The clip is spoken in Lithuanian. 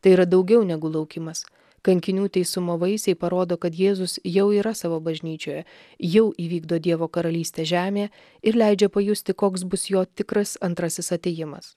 tai yra daugiau negu laukimas kankinių teisumo vaisiai parodo kad jėzus jau yra savo bažnyčioje jau įvykdo dievo karalystę žemėje ir leidžia pajusti koks bus jo tikras antrasis atėjimas